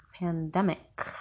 pandemic